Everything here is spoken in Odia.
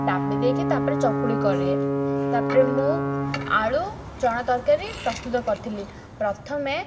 ଡାବି ଦେଇକି ତା'ପରେ ଚକୁଳି କରେ ତା'ପରେ ମୁଁ ଆଳୁ ଚଣା ତରକାରୀ ପ୍ରସ୍ତୁତ କରିଥିଲି ପ୍ରଥମେ